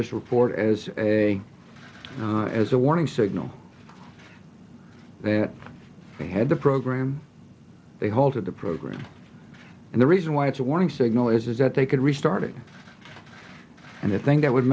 this report as a as a warning signal that they had the program they halted the program and the reason why it's a warning signal is is that they could restart it and i think that would